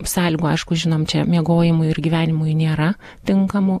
sąlygų aišku žinom čia miegojimui ir gyvenimui nėra tinkamų